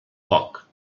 poc